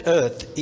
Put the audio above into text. Earth